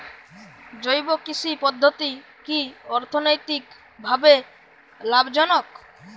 জৈব কৃষি পদ্ধতি কি অর্থনৈতিকভাবে লাভজনক?